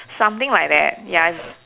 something like that ya